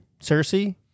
Cersei